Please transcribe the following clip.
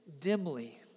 dimly